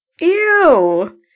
Ew